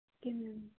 ਕਿਵੇਂ